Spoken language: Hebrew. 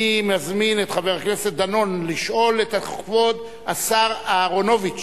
אני מזמין את חבר הכנסת דנון לשאול את כבוד השר אהרונוביץ,